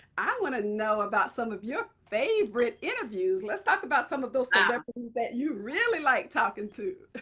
i want to know about some of your favorite interviews. let's talk about some of those celebrities that you really like talking to.